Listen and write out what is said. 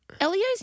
Elio's